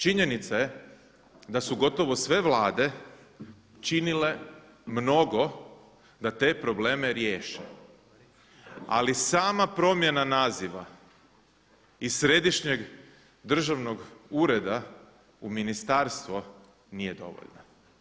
Činjenica je da su gotovo sve Vlade činile mnogo da te probleme riješe, ali sama promjena naziva iz središnjeg državnog ureda u ministarstvo nije dovoljna.